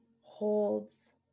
holds